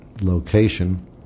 location